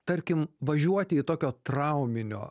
tarkim važiuoti į tokio trauminio